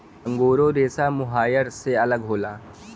angora रेसा mohair से अलग होला